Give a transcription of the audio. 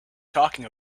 talking